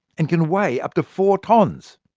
and can weigh up to four tonnes.